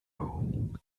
room